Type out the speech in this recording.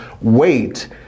wait